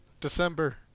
December